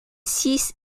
six